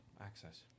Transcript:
access